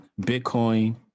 Bitcoin